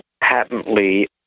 patently